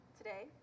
today